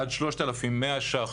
ועד 3,100 ש"ח,